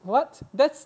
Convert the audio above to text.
what that's